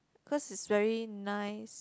cause it's very nice